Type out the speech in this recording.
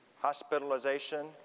hospitalization